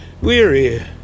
weary